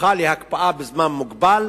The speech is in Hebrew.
הפכה ל"הקפאה בזמן מוגבל",